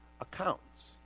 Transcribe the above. accounts